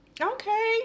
Okay